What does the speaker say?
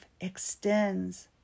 extends